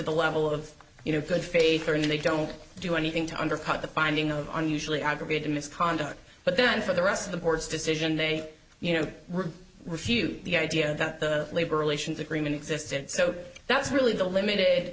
the level of you know good faith and they don't do anything to undercut the finding of on usually aggravated misconduct but then for the rest of the board's decision they you know refute the idea that the labor relations agreement existed so that's really the limited